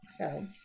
Okay